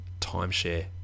timeshare